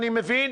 אני מבין,